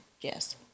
Yes